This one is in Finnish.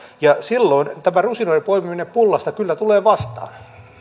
ja silloin tämä rusinoiden poimiminen pullasta kyllä tulee vastaan